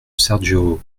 sergio